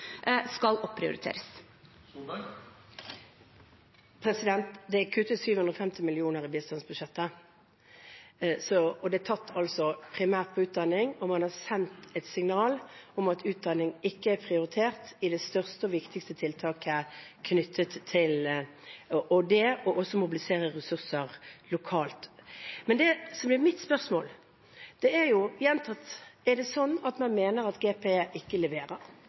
skal opprioriteres. Det blir oppfølgingsspørsmål – først Erna Solberg. Det kuttes 750 mill. kr i bistandsbudsjettet. Det er tatt primært på utdanning, og man har sendt et signal om at utdanning ikke er prioritert i det største og viktigste tiltaket knyttet til det og å mobilisere ressurser lokalt. Men det som er mitt spørsmål, er: Er det sånn at man mener at GPE ikke leverer?